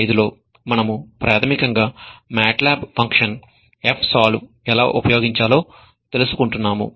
5 లో మనము ప్రాథమికంగా MATLAB function fsolve fsolve ఎలా ఉపయోగించాలో తెలుసుకుంటున్నాము